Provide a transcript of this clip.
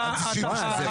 עכשיו נצביע על 92 ו-93.